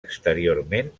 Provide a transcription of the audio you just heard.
exteriorment